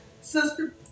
Sister